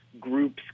groups